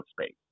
space